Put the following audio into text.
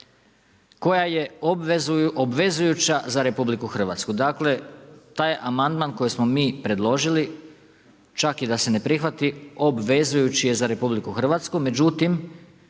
koja je obvezujuća za RH. Taj amandman koji smo mi predložili, čak da se i ne prihvati, obvezujući je za RH, međutim